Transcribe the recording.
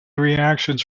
reactions